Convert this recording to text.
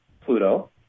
Pluto